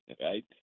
right